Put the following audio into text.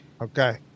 Okay